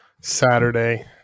Saturday